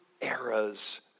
eras